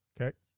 Okay